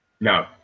No